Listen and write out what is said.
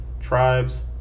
tribes